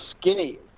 skinny